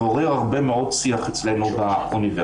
זה עורר הרבה מאוד שיח אצלנו באוניברסיטה.